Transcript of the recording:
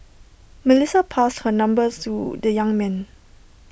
Melissa passed her number to the young man